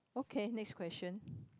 okay next question